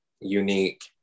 unique